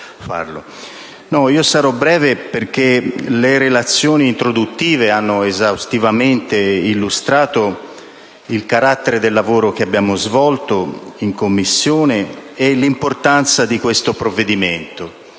seduta odierna. Le relazioni introduttive hanno esaustivamente illustrato il carattere del lavoro che abbiamo svolto in Commissione e l'importanza di questo provvedimento.